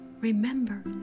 Remember